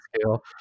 scale